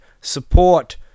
Support